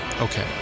okay